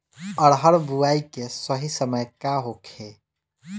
अरहर बुआई के सही समय का होखे?